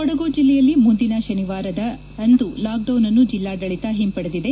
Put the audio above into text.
ಕೊಡಗು ಜಿಲ್ಲೆಯಲ್ಲಿ ಮುಂದಿನ ಶನಿವಾರದ ಲಾಕ್ಡೌನ್ನ್ನು ಜಿಲ್ಲಾಡಳಿತ ಹಿಂಪಡೆದಿದೆ